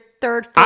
third